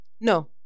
No